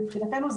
מבחינתנו,